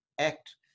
Act